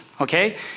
okay